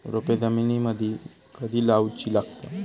रोपे जमिनीमदि कधी लाऊची लागता?